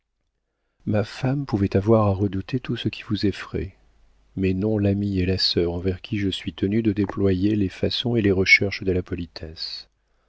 ma femme pouvait avoir à redouter tout ce qui vous effraie mais non l'amie et la sœur envers qui je suis tenu de déployer les façons et les recherches de la politesse